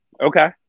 Okay